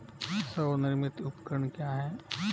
स्वनिर्मित उपकरण क्या है?